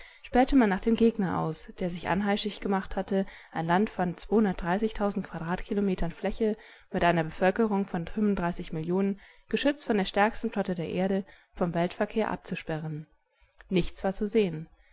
spähte man nach dem gegner aus der sich anheischig gemacht hatte ein land von granaten fläche mit einer bevölkerung von millionen geschütz von der stärksten flotte der erde vom weltverkehr abzusperren nichts war zu sehen